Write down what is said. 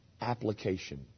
application